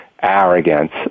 arrogance